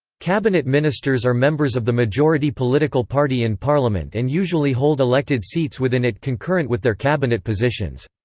cabinet ministers are members of the majority political party in parliament and usually hold elected seats within it concurrent with their cabinet positions.